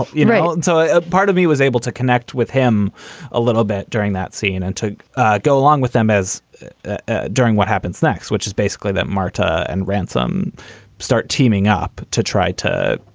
you know and so ah part of me was able to connect with him a little bit during that scene and to go along with them as ah during what happens next, which is basically that marta and ransome start teaming up to try to,